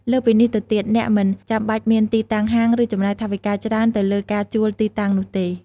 លើសពីនេះទៅទៀត អ្នកមិនចាំបាច់មានទីតាំងហាង ឬចំណាយថវិកាច្រើនទៅលើការជួលទីតាំងនោះទេ។